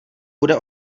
bude